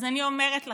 אז אני אומרת לכם,